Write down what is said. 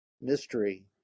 MYSTERY